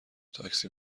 تاکسی